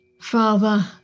Father